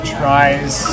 tries